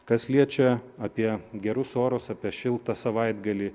kas liečia apie gerus orus apie šiltą savaitgalį